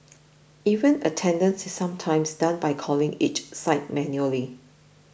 even attendance is sometimes done by calling each site manually